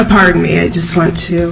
pardon me i just want to